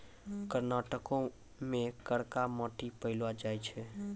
कर्नाटको मे करका मट्टी पायलो जाय छै